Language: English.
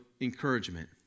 encouragement